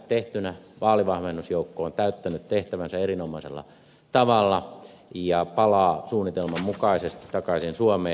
vaalivahvennusjoukko on täyttänyt tehtävänsä erinomaisella tavalla ja palaa suunnitelman mukaisesti takaisin suomeen